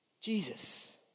Jesus